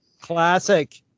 Classic